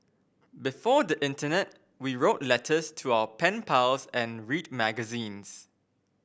before the internet we wrote letters to our pen pals and read magazines